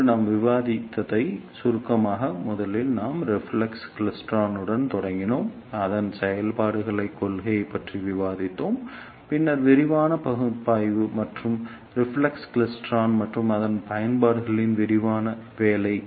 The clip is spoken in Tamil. இன்று நாம் விவாதித்ததை சுருக்கமாக முதலில் நாம் ரிஃப்ளெக்ஸ் கிளைஸ்ட்ரானுடன் தொடங்கினோம் அதன் செயல்பாட்டுக் கொள்கையைப் பற்றி விவாதித்தோம் பின்னர் விரிவான பகுப்பாய்வு மற்றும் ரிஃப்ளெக்ஸ் கிளைஸ்ட்ரான் மற்றும் அதன் பயன்பாடுகளின் விரிவான வேலை